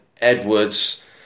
Edwards